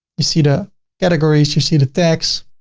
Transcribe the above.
you see the categories, you see the tags,